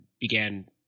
began